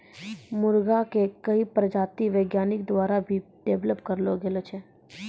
मुर्गा के कई प्रजाति वैज्ञानिक द्वारा भी डेवलप करलो गेलो छै